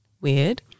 weird